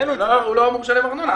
הוא לא אמור לשלם ארנונה.